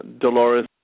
Dolores